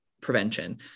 prevention